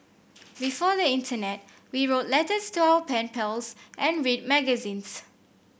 before the internet we wrote letters to our pen pals and read magazines